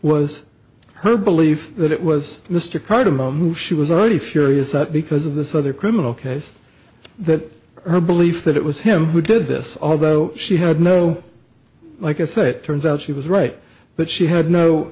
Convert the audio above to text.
was her belief that it was mr card a move she was already furious that because of this other criminal case that her belief that it was him who did this although she had no like i say it turns out she was right but she had no